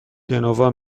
گنوا